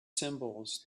symbols